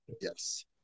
Yes